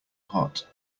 hot